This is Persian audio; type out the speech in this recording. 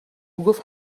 گفت